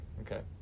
okay